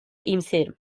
iyimserim